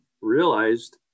realized